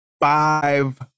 five